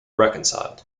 reconciled